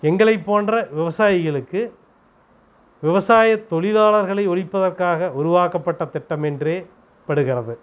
எங்களைப் போன்ற விவசாயிகளுக்கு விவசாய தொழிலாளர்களை ஒழிப்பதற்காக உருவாக்கப்பட்ட திட்டம் என்றே படுகிறது